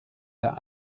der